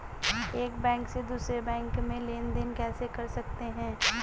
एक बैंक से दूसरे बैंक में लेनदेन कैसे कर सकते हैं?